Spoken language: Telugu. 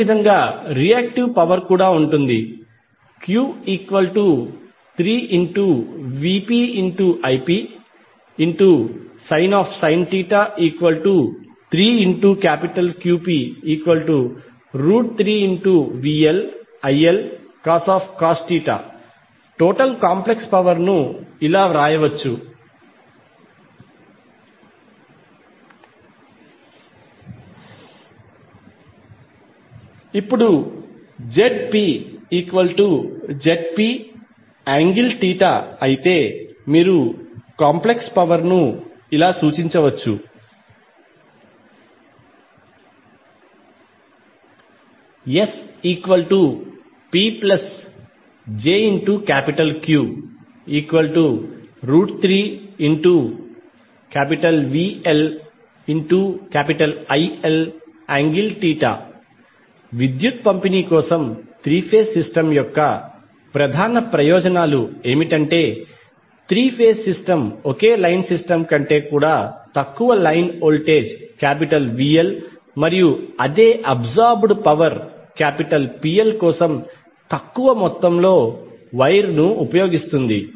అదేవిధంగా రియాక్టివ్ పవర్ కూడా ఉంటుంది Q3VpIpsin 3Qp3VLILcos total complex power ను ఇలా వ్రాయవచ్చు ఇప్పుడు Zp Zp∠θ అయితే మీరు కాంప్లెక్స్ పవర్ ను ఇలా సూచించవచ్చు SPjQ3VLIL∠θ విద్యుత్ పంపిణీ కోసం త్రీ ఫేజ్ సిస్టమ్ యొక్క ప్రధాన ప్రయోజనాలు ఏమిటంటే త్రీ ఫేజ్ సిస్టమ్ ఒకే లైన్ సిస్టమ్ కంటే తక్కువ లైన్ వోల్టేజ్ VLమరియు అదే అబ్సార్బ్ డ్ పవర్ PL కోసం తక్కువ మొత్తంలో వైర్ ను ఉపయోగిస్తుంది